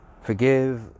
Forgive